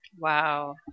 Wow